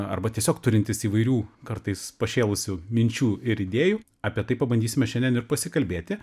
arba tiesiog turintys įvairių kartais pašėlusių minčių ir idėjų apie tai pabandysime šiandien ir pasikalbėti